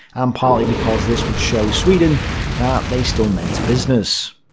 and partly because this would show sweden that they still meant business.